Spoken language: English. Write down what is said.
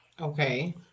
Okay